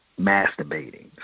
masturbating